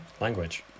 language